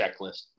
checklist